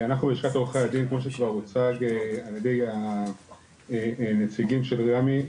אנחנו לשכת עורכי הדין כמו שכבר הוצג על ידי הנציגים של רמ"י,